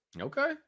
Okay